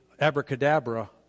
abracadabra